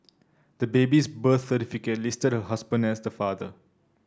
the baby's birth certificate listed her husband as the father